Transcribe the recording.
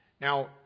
Now